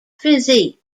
physique